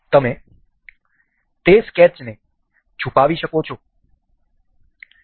તમે તે સ્કેચને છુપાવી શકો છો